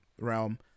realm